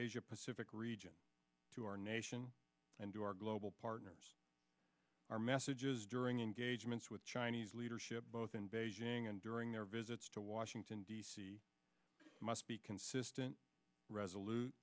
asia pacific region to our nation and to our global partners our messages during engagements with chinese leadership both in beijing and during their visits to washington d c must be consistent resolut